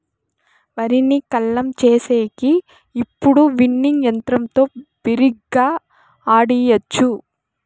వరిని కల్లం చేసేకి ఇప్పుడు విన్నింగ్ యంత్రంతో బిరిగ్గా ఆడియచ్చు